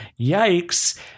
yikes